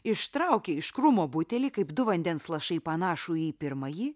ištraukė iš krūmo butelį kaip du vandens lašai panašų į pirmąjį